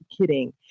kidding